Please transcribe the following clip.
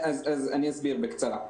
אני אסביר בקצרה.